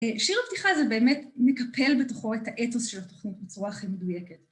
שיר הפתיחה הזה באמת מקפל בתוכו את האתוס של התוכנית בצורה הכי מדויקת.